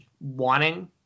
wanting